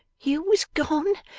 you was gone,